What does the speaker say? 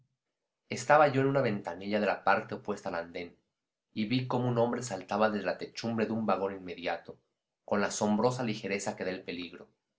estaba yo en una ventanilla de la parte opuesta al andén y vi cómo un hombre saltaba desde la techumbre de un vagón inmediato con la asombrosa ligereza que da el peligro